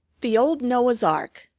the old noah's ark,